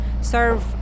serve